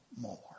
more